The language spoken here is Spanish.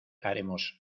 haremos